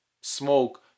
smoke